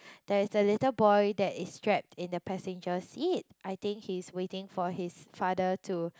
there's a little boy that is strapped in the passenger seat I think he's waiting for his father to